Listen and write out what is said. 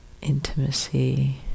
intimacy